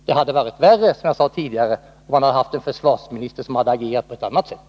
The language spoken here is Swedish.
Det hade varit värre, som jag sade tidigare, om vi hade haft en försvarsminister som hade agerat på ett annat sätt.